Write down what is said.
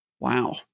Wow